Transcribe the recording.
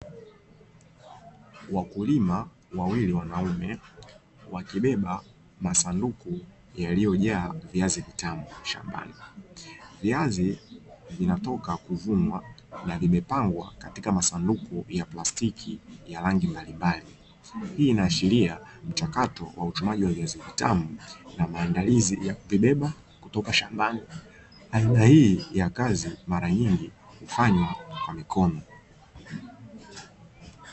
Wakulima wawili wanaume wanabeba masanduku yaliyojaa viazi vitamu shambani. Viazi vinatoka kuvunwa na vimepangwa katika masanduku ya plastiki ya rangi mbalimbali. Hii inaashiria mchakato wa utumaji wa viazi vitamu na maandalizi ya kuvibeba kutoka shambani. Aina hii ya kazi mara nyingi hufanywa kwa mikono.